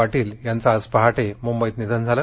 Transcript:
पाटील यांचं आज पहाटे मुंबईत निधन झाले